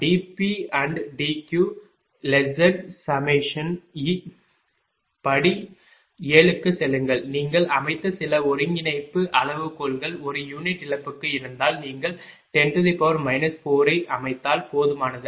ifDP DQϵ படி 7 க்குச் செல்லுங்கள் நீங்கள் அமைத்த சில ஒருங்கிணைப்பு அளவுகோல்கள் ஒரு யூனிட் இழப்புக்கு இருந்தால் நீங்கள் 10 4 ஐ அமைத்தால் போதுமானது